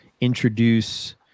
introduce